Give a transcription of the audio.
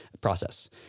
process